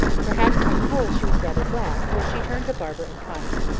perhaps, on the whole, she was rather glad, for she turned to barbara in triumph.